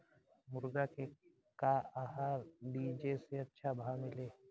मुर्गा के का आहार दी जे से अच्छा भाव मिले?